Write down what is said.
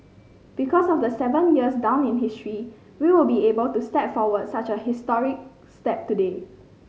because of the seven years down in history we will be able to step forward such a historic step today